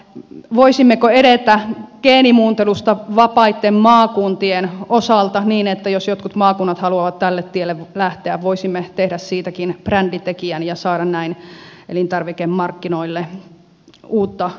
voisimmeko edetä geenimuuntelusta vapaitten maakuntien osalta niin että jos jotkut maakunnat haluavat tälle tielle lähteä voisimme tehdä siitäkin bränditekijän ja saada näin elintarvikemarkkinoille uutta volyymia